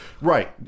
Right